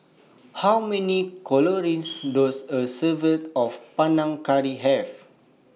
How Many Calories Does A Serving of Panang Curry Have